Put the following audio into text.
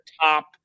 top